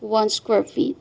one square feet